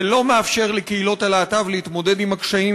זה לא מאפשר לקהילות הלהט"ב להתמודד עם הקשיים,